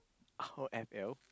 how F_L